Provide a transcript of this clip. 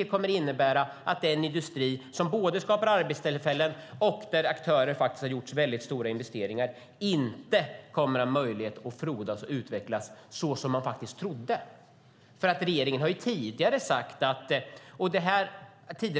Det kommer att medföra att den industri som skapar arbetstillfällen och där aktörer har gjort stora investeringar inte kommer att ha möjlighet att frodas och utvecklas så som man trodde. Regeringen har tidigare